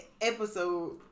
episode